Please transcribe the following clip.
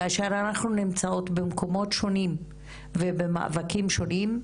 כאשר אנחנו נמצאות במקומות שונים ובמאבקים שונים,